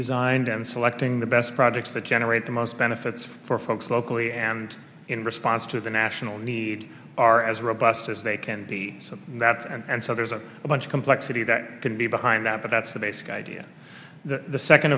designed and selecting the best projects that generate the most benefits for folks locally and in response to the national need are as robust as they can be that's and so there's a bunch of complexity that can be behind that but that's the basic idea the second